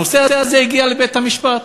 הנושא הזה הגיע לבית-המשפט,